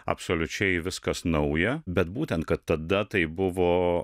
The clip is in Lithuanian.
absoliučiai viskas nauja bet būtent kad tada tai buvo